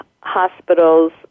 hospitals